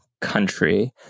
country